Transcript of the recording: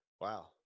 Wow